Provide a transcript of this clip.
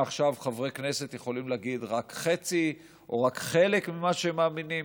מעכשיו חברי כנסת יכולים להגיד רק חצי או רק חלק ממה שהם מאמינים,